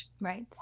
Right